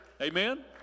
amen